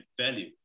value